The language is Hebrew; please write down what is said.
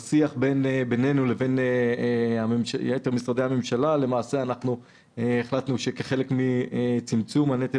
בשיח בינינו לבין יתר משרדי הממשלה החלטנו שכחלק מצמצום הנטל